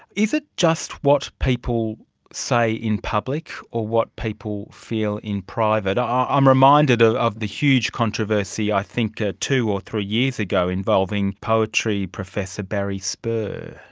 is it just what people say in public or what people feel in private? um i'm reminded of of the huge controversy i think ah two or three years ago involving poetry professor barry spur.